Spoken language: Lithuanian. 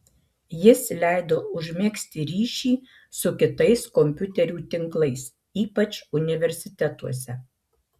jis leido užmegzti ryšį su kitais kompiuterių tinklais ypač universitetuose